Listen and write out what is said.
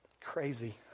crazy